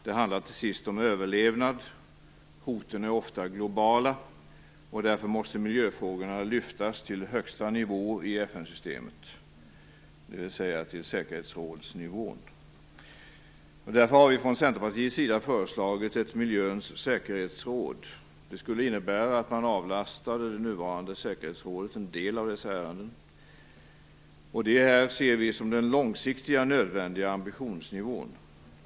Det handlar till sist om överlevnad. Hoten är ofta globala. Miljöfrågorna måste därför lyftas till högsta nivå i FN systemet, dvs. till säkerhetsrådsnivån. Därför har vi från Centerpartiets sida föreslagit ett miljöns säkerhetsråd. Det skulle innebära att man avlastade det nuvarande säkerhetsrådet en del av dess ärenden. Det ser vi som den långsiktiga nödvändiga ambitionsnivån.